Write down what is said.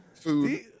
food